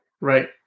Right